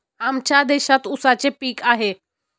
आमच्या शेतात ऊसाचे पीक आहे